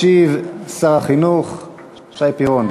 ישיב שר החינוך שי פירון.